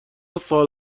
سال